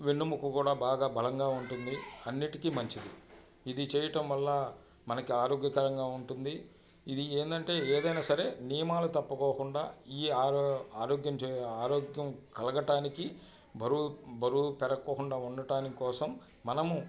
వెన్నెముక కూడా బాగా బలంగా ఉంటుంది అన్నిటికి మంచిది ఇది చేయటం వల్ల మనకి ఆరోగ్యకరంగా ఉంటుంది ఇది ఏంటంటే ఏదైనా సరే నియమాలు తప్పకోకుండా ఈ ఆరో ఆరోగ్యం కలగటానికి బరువు బరువు పెరగకోకుండా ఉండటానికి కోసం మనము